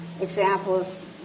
examples